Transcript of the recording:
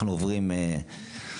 אנחנו עוברים בירוקרטיה.